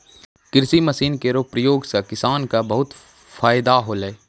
कृषि मसीन केरो प्रयोग सें किसान क बहुत फैदा होलै